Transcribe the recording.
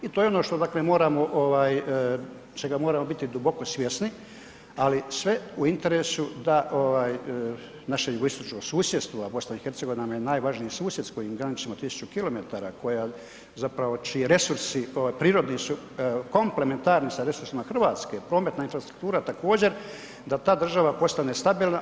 I to je ono što dakle moramo ovaj, čega moramo biti duboko svjesni, ali sve u interesu da ovaj naše jugoistočno susjedstvo, a BiH nam je najvažniji susjed s kojim graničimo 1.000 km koja zapravo, čiji resursi ovaj prirodni su komplementarni sa resursima Hrvatske, prometna infrastruktura također, da ta država postane stabilna.